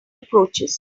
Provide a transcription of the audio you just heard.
approaches